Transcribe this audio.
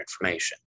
information